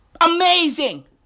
Amazing